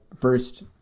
first